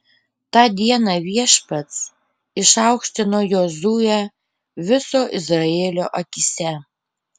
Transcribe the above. tą dieną viešpats išaukštino jozuę viso izraelio akyse